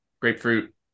grapefruit